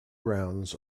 grounds